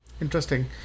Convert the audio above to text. Interesting